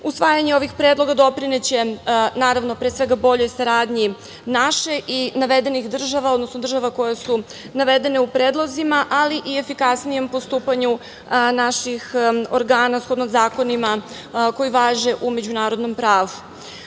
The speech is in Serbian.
sankcija. Usvajanje ovih predloga doprineće, naravno, pre svega, boljoj saradnji naše i navedenih država, odnosno država koje su navedene u predlozima, ali i efikasnijem postupanju naših organa shodno zakonima koji važe u međunarodnom pravu. Želim